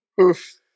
Oof